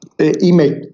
email